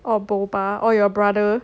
oh boba or your brother